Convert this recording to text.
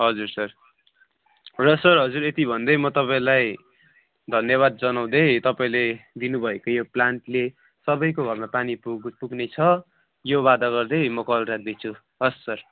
हजुर सर र सर हजुर यति भन्दै म तपाईँलाई धन्यवाद जनाउँदै तपाईँले दिनुभएको पो प्लानले सबैको घरमा पानी पुगि पुग्नेछ यो वादा गर्दै म कल राख्दैछु हस् सर